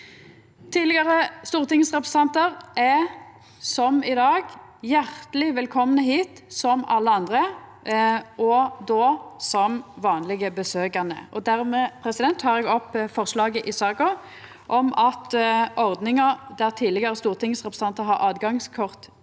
Tidlegare stortingsrepresentantar er som i dag hjarteleg velkomne hit, som alle andre, og då som vanlege besøkande. Dermed tek eg opp forslaget i saka om at ordninga der tidlegare stortingsrepresentantar har åtgangskort til